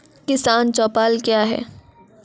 किसान चौपाल क्या हैं?